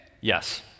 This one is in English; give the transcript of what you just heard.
Yes